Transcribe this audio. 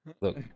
Look